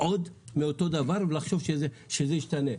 עוד מאותו הדבר ולחשוב שזה ישתנה.